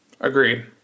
Agreed